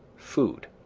food.